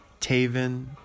Taven